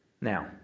Now